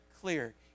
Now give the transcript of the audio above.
clear